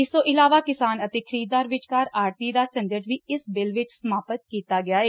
ਇਸਤੋ ਇਲਾਵਾ ਕਿਸਾਨ ਅਤੇ ਖਰੀਦਦਾਰ ਵਿਚਕਾਰ ਆੜਤੀਏ ਦਾ ਝੰਜਟ ਵੀ ਇਸ ਬਿਲ ਵਿਚ ਸਮਾਪਤ ਕੀਤਾ ਗਿਆ ਏ